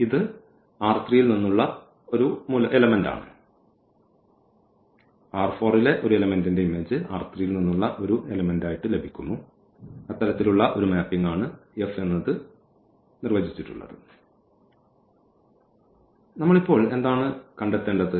ഇത് ൽ നിന്നുള്ള മൂലകമാണ് നമ്മൾ ഇപ്പോൾ എന്താണ് കണ്ടെത്തേണ്ടത്